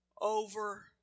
Over